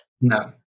No